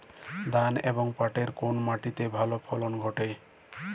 ধান এবং পাটের কোন মাটি তে ভালো ফলন ঘটে?